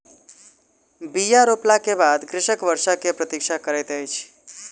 बीया रोपला के बाद कृषक वर्षा के प्रतीक्षा करैत अछि